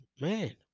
man